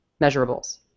Measurables